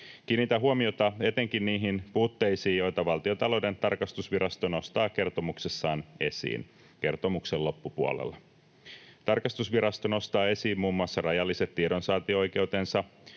Kiinnitän huomiota etenkin niihin puutteisiin, joita Valtiontalouden tarkastusvirasto nostaa kertomuksessaan esiin, kertomuksen loppupuolella. Tarkastusvirasto nostaa esiin muun muassa rajalliset tiedonsaantioikeutensa,